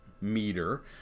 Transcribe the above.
meter